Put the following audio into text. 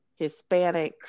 Hispanics